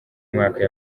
mwaka